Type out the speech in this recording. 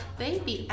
baby